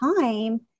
time